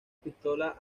pistola